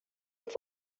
have